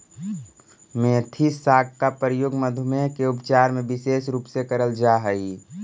मेथी साग का प्रयोग मधुमेह के उपचार में विशेष रूप से करल जा हई